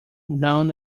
known